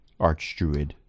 archdruid